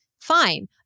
fine